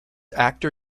actor